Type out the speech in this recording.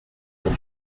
pour